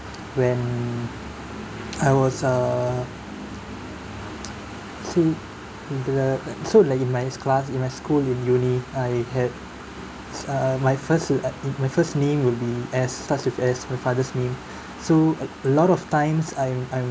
when I was err so in the so like in my class in my school in uni I had err my first like in my first name will be S starts with S my father's name uh a lot of times I'm I'm